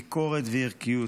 ביקורת וערכיות.